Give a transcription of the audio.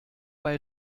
bei